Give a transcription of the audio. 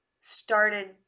started